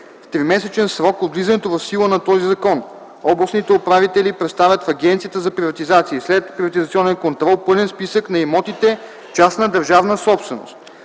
В тримесечен срок от влизането в сила на този закон, областните управители представят в Агенцията за приватизация и следприватизационен контрол пълен списък на имотите - частна държавна собственост.